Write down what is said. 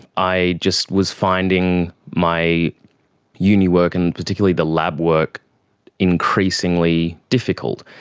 i just was finding my uni work and particularly the lab work increasingly difficult.